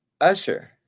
Usher